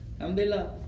Alhamdulillah